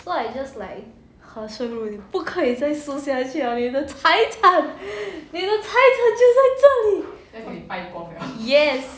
so I just like 好 sheng ru 你不可以再输去了你的财产你的财产就在这里 yes